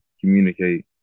communicate